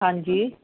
ਹਾਂਜੀ